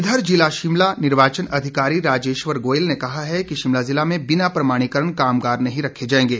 इधर जिला निर्वाचन अधिकारी राजेश्वर गोयल ने कहा है कि शिमला जिला में बिना प्रमाणिकरण कामगार नहीं रखे जायेंगे